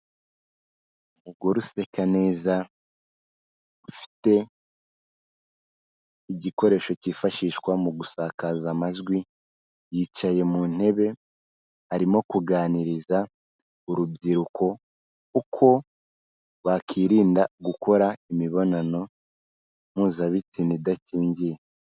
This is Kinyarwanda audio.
Umugore useka neza, ufite igikoresho cyifashishwa mu gusakaza amajwi, yicaye mu ntebe, arimo kuganiriza urubyiruko uko bakwirinda gukora imibonano mpuzabitsina idakingiye.